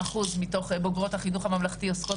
אחוזים מתוך בוגרות החינוך הממלכתי-דתי עוסקות